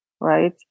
right